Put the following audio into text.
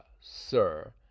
sir